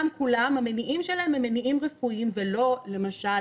המניעים שלהם הם מניעים רפואיים ולא למשל